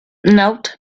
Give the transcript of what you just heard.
note